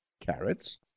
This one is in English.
Carrots